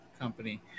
company